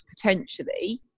potentially